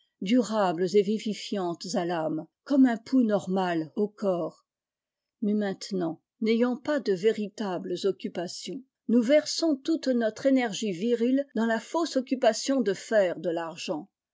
durables et vivifiantes à l'âme comme un pouls normal au corps mais maintenant n'ayant pas de véritables occupations nous versons toute notre énergie virile dans la fausse occupation de faire de l'argent